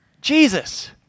Jesus